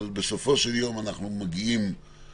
אבל בסופו של יום אנחנו מגיעים להבנות.